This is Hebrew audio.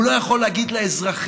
הוא לא יכול להגיד לאזרחים